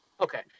Okay